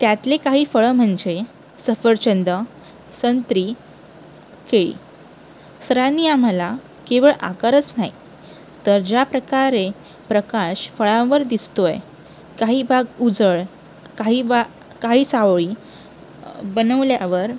त्यातले काही फळं म्हणजे सफरचंद संत्री केळी सरांनी आम्हाला केवळ आकारच नाही तर ज्याप्रकारे प्रकाश फळांवर दिसतो आहे काही भाग उजळ काही बा काळी सावळी बनवल्यावर